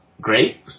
great